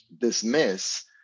dismiss